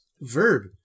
verb